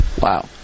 wow